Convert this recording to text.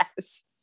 yes